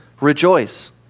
rejoice